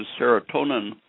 serotonin